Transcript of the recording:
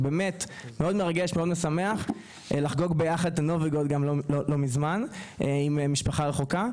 זה באמת מאוד מרגש ומשמח לחגוג יחד את הנובי גוד עם משפחה רחוקה.